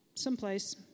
someplace